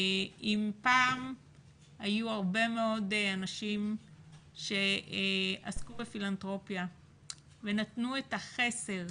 אם פעם היו הרבה מאוד אנשים שעסקו בפילנתרופיה ונתנו את החסר